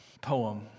poem